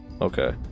Okay